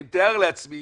אני מתאר לעצמי